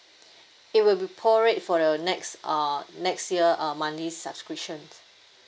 it will be prorate for your next uh next year uh monthly subscription